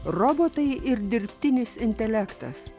robotai ir dirbtinis intelektas